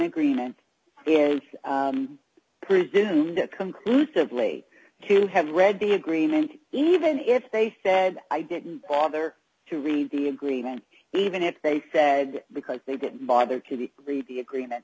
agreement presumed conclusively to have read the agreement even if they said i didn't bother to read the agreement even if they said because they didn't bother to read the agreement